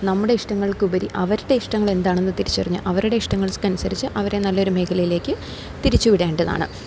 നമ്മുടെ ഇഷ്ടങ്ങൾക്ക് ഉപരി അവരുടെ ഇഷ്ടങ്ങൾ എന്താണെന്നു തിരിച്ചറിഞ്ഞ് അവരുടെ ഇഷ്ടങ്ങൾക്കനുസരിച്ച് അവരെ നല്ലൊരു മേഖലയിലേക്ക് തിരിച്ചുവിടേണ്ടതാണ്